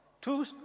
two